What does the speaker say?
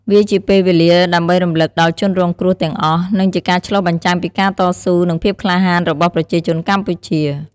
វាជាពេលវេលាដើម្បីរំលឹកដល់ជនរងគ្រោះទាំងអស់ និងជាការឆ្លុះបញ្ចាំងពីការតស៊ូ និងភាពក្លាហានរបស់ប្រជាជនកម្ពុជា។